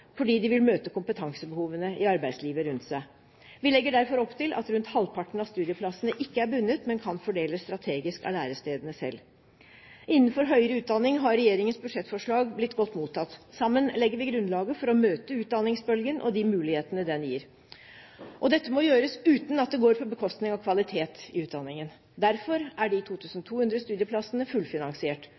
fordi de vil møte kompetansebehovene i arbeidslivet rundt seg. Vi legger derfor opp til at rundt halvparten av studieplassene ikke er bundet, men kan fordeles strategisk av lærestedene selv. Innenfor høyere utdanning har regjeringens budsjettforslag blitt godt mottatt. Sammen legger vi grunnlaget for å møte utdanningsbølgen og de mulighetene den gir. Dette må gjøres uten at det går på bekostning av kvalitet i utdanningen. Derfor er de 2 200 studieplassene fullfinansiert.